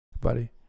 buddy